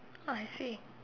I see